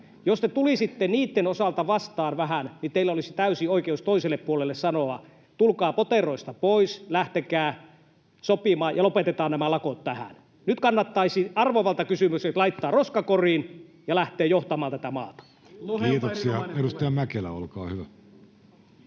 Jos te tulisitte niitten osalta vähän vastaan, niin teillä olisi täysi oikeus toiselle puolelle sanoa: tulkaa poteroista pois, lähtekää sopimaan ja lopetetaan nämä lakot tähän. Nyt kannattaisi arvovaltakysymykset laittaa roskakoriin ja lähteä johtamaan tätä maata. [Vasemmalta: Juuri